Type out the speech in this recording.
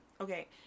Okay